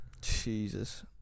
Jesus